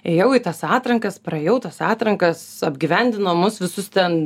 ėjau į tas atrankas praėjau tas atrankas apgyvendino mus visus ten